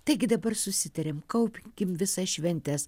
taigi dabar susitarėm kaupkim visas šventes